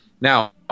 Now